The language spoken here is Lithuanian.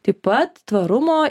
taip pat tvarumo